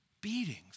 Beatings